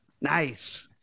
Nice